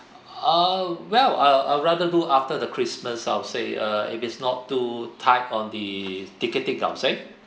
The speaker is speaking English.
uh well I'll I'll rather do after the christmas I'll say uh if it's not too tight on the ticketing I'll say